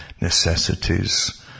necessities